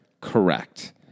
Correct